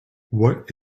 what